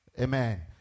Amen